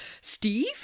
Steve